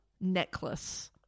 necklace